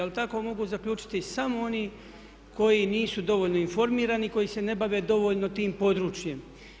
Ali tako mogu zaključiti samo oni koji nisu dovoljno informirani i koji se ne bave dovoljno tim područjem.